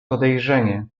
podejrzenie